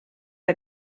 que